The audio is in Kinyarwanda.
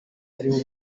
aribo